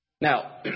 Now